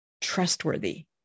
trustworthy